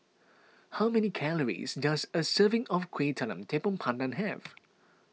how many calories does a serving of Kuih Talam Tepong Pandan have